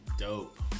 Dope